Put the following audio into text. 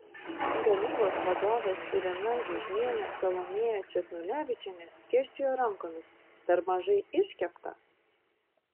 gamybos vadovės irena žiužnienė salomėja česnulevičienė skėsčiojo rankomis per mažai iškepta